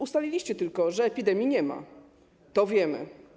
Ustaliliście tylko, że epidemii nie ma, to wiemy.